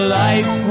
life